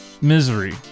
Misery